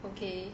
okay